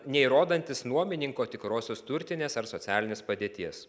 neįrodantis nuomininko tikrosios turtinės ar socialinės padėties